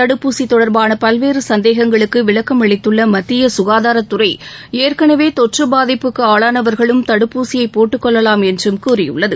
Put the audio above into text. தடுப்பூசி தொடர்பான பல்வேறு சந்தேகங்களுக்கு விளக்கமளித்துள்ள மத்திய சுகாதாரத்துறை ஏற்கனவே தொற்று பாதிப்புக்கு ஆளானவர்களும் தடுப்பூசியை போட்டுக் கொள்ளலாம் என்றும் கூறியுள்ளது